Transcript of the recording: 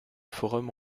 forum